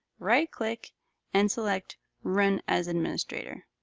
right click and select run as administrator.